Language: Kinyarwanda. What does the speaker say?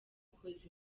koza